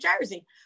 Jersey